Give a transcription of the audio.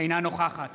אינה נוכחת